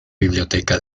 biblioteca